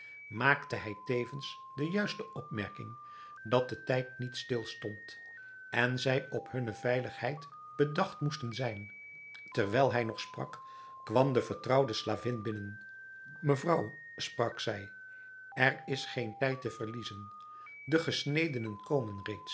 maakte hij tevens de juiste opmerking dat de tijd niet stil stond en zij op hunne veiligheid bedacht moesten zijn terwijl hij nog sprak kwam de vertrouwde slavin binnen mevrouw sprak zij er is geen tijd te verliezen de gesnedenen komen